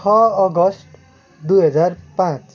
छ अगस्ट दुई हजार पाँच